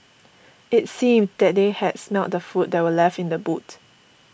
it seemed that they had smelt the food that were left in the boot